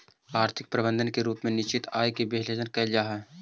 आर्थिक प्रबंधन के रूप में निश्चित आय के विश्लेषण कईल जा हई